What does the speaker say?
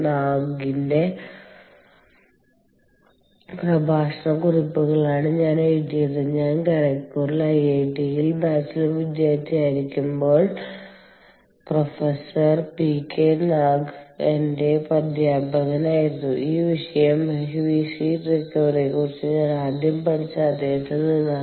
നാഗിന്റെ പ്രഭാഷണ കുറിപ്പുകളാണ് ഞാൻ എഴുതിയത് ഞാൻ ഖരഗ്പൂരിലെ ഐഐടിയിൽ ബാച്ചിലർ വിദ്യാർത്ഥിയായിരിക്കുമ്പോൾbachelor student at IIT Kharagpur professor P K Nag എന്റെ അധ്യാപകനായിരുന്നു ഈ വിഷയം വേസ്റ്റ് ഹീറ്റ് റിക്കവറിയെക്കുറിച്ച് ഞാൻ ആദ്യം പഠിച്ചത് അദ്ദേഹത്തിൽ നിന്നാണ്